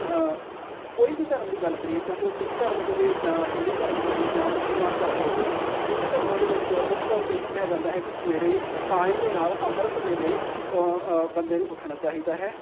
ਕੋਈ ਵੀ ਧਰਮ ਦੀ ਗੱਲ ਕਰੀਏ ਚਾਹੇ ਉਹ ਸਿੱਖ ਧਰਮ ਹੋਵੇ ਜਾਂ ਹਿੰਦੂ ਧਰਮ ਹੋਵੇ ਜਾਂ ਮੁਸਲਮਾਨ ਧਰਮ ਹੋਵੇ ਇਹਨਾਂ ਧਰਮਾਂ ਦੇ ਵਿੱਚ ਮੁੱਖ ਤੌਰ 'ਤੇ ਇਹੀ ਕਿਹਾ ਜਾਂਦਾ ਹੈ ਕਿ ਸਵੇਰੇ ਟਾਈਮ ਦੇ ਨਾਲ ਅੰਮ੍ਰਿਤ ਵੇਲੇ ਬੰਦੇ ਨੂੰ ਉੱਠਣਾ ਚਾਹੀਦਾ ਹੈ